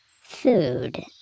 Food